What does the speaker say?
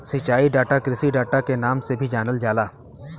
सिंचाई डाटा कृषि डाटा के नाम से भी जानल जाला